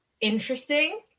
interesting